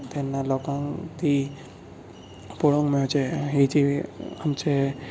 तेन्ना लोकांक ती पळोवंक मेळचें ही जे आमचे